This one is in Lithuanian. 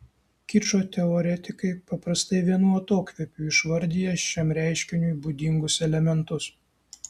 kičo teoretikai paprastai vienu atokvėpiu išvardija šiam reiškiniui būdingus elementus